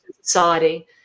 society